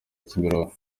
kimironko